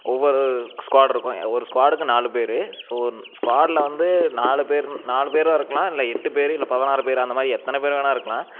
ஒவ்வொரு ஸ்குவாட் இருக்கும் ஒரு ஸ்குவாடுக்கு நாலு பேர் ஸோ ஸ்குவாடில் வந்து நாலு பேர் நாலு பேரும் இருக்கலாம் இல்லை எட்டு பேர் இல்லை பதினாறு பேர் அந்தமாதிரி எத்தனை பேர் வேணுனா இருக்கலாம்